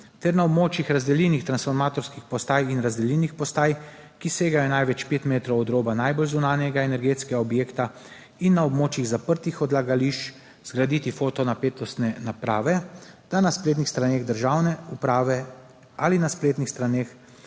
ter na območjih razdeljenih transformatorskih postaj in razdeljenih postaj, ki segajo največ pet metrov od roba najbolj zunanjega energetskega objekta, in na območjih zaprtih odlagališč zgraditi fotonapetostne naprave, da na spletnih straneh državne uprave ali na spletnih straneh